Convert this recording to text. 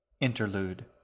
Interlude